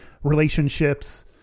relationships